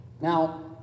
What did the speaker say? Now